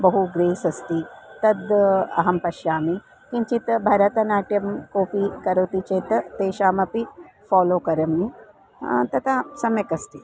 बहु ग्रेस् अस्ति तद् अहं पश्यामि किञ्चित् भरतनाट्यं कोपि करोति चेत् तेषामपि फ़ालो करोमि तता सम्यक् अस्ति